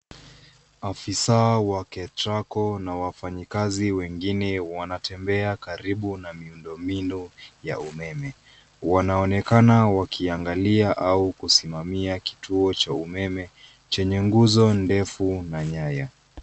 Afisa wa Ketraco na wafanyikazi wengine wanatembea karibu na miundombinu ya umeme. Wanaonekana wakiagalia au kusimamia kituo cha umeme chenye nguzo ndefu na nyaya.